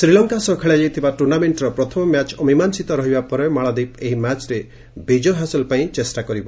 ଶ୍ରୀଲଙ୍କା ସହ ଖେଳାଯାଇଥିବା ଟୁର୍ଷ୍ଣାମେଣ୍ଟର ପ୍ରଥମ ମ୍ୟାଚ୍ ଅମିମାଂଶିତ ରହିବା ପରେ ମାଳଦ୍ୱୀପ ଏହି ମ୍ୟାଚ୍ରେ ବିଜୟ ହାସଲ ପାଇଁ ଚେଷ୍ଟା କରିବ